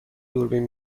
دوربین